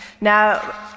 Now